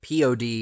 POD